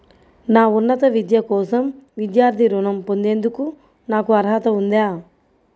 నా ఉన్నత విద్య కోసం విద్యార్థి రుణం పొందేందుకు నాకు అర్హత ఉందా?